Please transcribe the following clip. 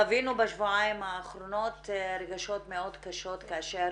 חווינו בשבועיים האחרונים רגשות מאוד קשים כאשר